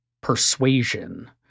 persuasion